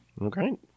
Okay